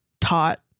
taught